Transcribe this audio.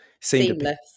seamless